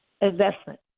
investment